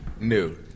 New